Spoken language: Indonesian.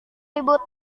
ribut